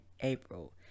april